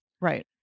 Right